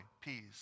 peace